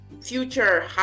future